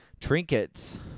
Trinkets